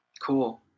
cool